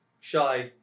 shy